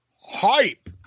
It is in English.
hype